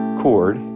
chord